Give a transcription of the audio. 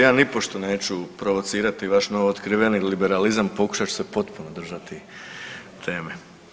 Ja nipošto neću provocirati vaš novootkriveni liberalizam pokušat ću se potpuno držati teme.